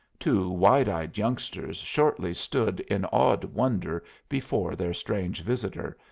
two wide-eyed youngsters shortly stood in awed wonder before their strange visitor,